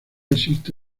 existe